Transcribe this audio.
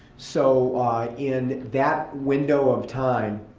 so in that window of time,